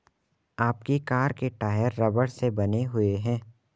आपकी कार के टायर रबड़ से बने हुए हैं